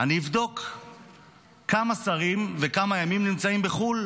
אני אבדוק כמה שרים נמצאים בחו"ל,